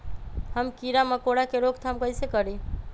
हम किरा मकोरा के रोक थाम कईसे करी?